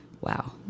Wow